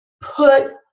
put